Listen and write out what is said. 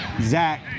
Zach